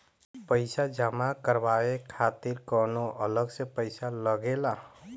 पईसा जमा करवाये खातिर कौनो अलग से पईसा लगेला?